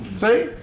See